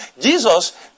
Jesus